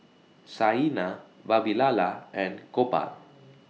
Saina Vavilala and Gopal